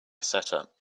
setup